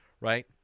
right